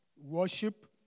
worship